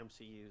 MCU